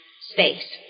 space